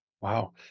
Wow